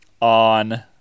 on